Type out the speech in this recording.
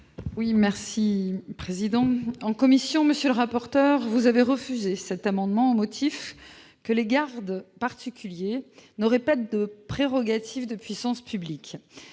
Delattre. En commission, monsieur le rapporteur, vous avez rejeté cet amendement au motif que les gardes particuliers n'auraient pas de prérogatives de puissance publique.